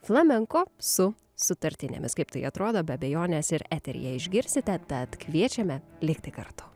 flamenko su sutartinėmis kaip tai atrodo be abejonės ir eteryje išgirsite tad kviečiame likti kartu